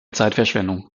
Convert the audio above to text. zeitverschwendung